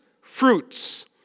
fruits